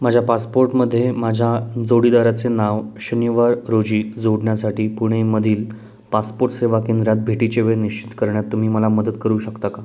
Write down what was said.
माझ्या पासपोर्टमध्ये माझ्या जोडीदाराचे नाव शनिवार रोजी जोडण्यासाठी पुणेमधील पासपोर्ट सेवा केंद्रात भेटीची वेळ निश्चित करण्यात तुम्ही मला मदत करू शकता का